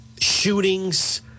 shootings